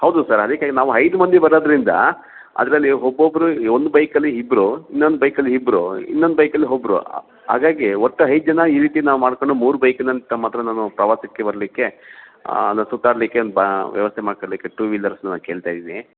ಹೌದು ಸರ್ ಅದಕ್ಕೆ ನಾವು ಐದು ಮಂದಿ ಬರೋದ್ರಿಂದ ಅದರಲ್ಲಿ ಒಬ್ಬೊಬ್ಬರು ಒಂದು ಬೈಕಲ್ಲಿ ಇಬ್ಬರು ಇನ್ನೊಂದು ಬೈಕಲ್ಲಿ ಇಬ್ಬರು ಇನ್ನೊಂದು ಬೈಕಲ್ಲಿ ಒಬ್ರು ಹಾಗಾಗಿ ಒಟ್ಟು ಐದು ಜನ ಈ ರೀತಿ ನಾವು ಮಾಡ್ಕೊಂಡು ಮೂರು ಬೈಕ್ ನನ್ನ ತಮ್ಮ ಹತ್ರ ನಾನು ಪ್ರವಾಸಕ್ಕೆ ಬರಲಿಕ್ಕೆ ನಾವು ಸುತ್ತಾಡ್ಲಿಕ್ಕೆ ಅಂತ ಬ ವ್ಯವಸ್ಥೆ ಮಾಡ್ಕೊಳಿಕ್ಕೆ ಟೂ ವೀಲರ್ಸನ್ನ ಕೇಳ್ತಾಯಿದ್ದೀನಿ